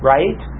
Right